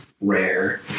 rare